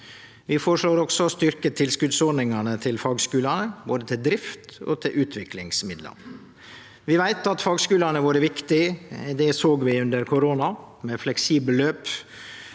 Vi føreslår også å styrkje tilskotsordningane til fagskulane, både til drift og til utviklingsmidlar. Vi veit at fagskulane våre er viktige, det såg vi under korona, med fleksible løp